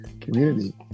community